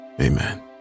Amen